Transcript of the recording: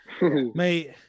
Mate